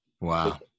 Wow